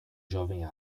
jovem